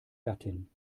gattin